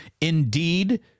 Indeed